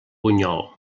bunyol